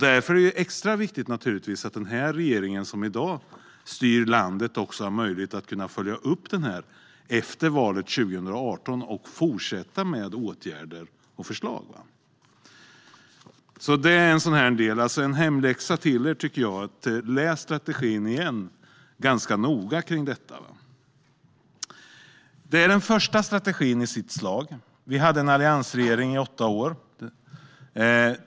Därför är det naturligtvis extra viktigt att den regering som i dag styr landet också har möjlighet att följa upp den efter valet 2018 och fortsätta med åtgärder och förslag. Det är en hemläxa till er: Läs strategin igen ganska noga! Detta är den första strategin i sitt slag. Vi hade en alliansregering i åtta år.